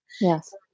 Yes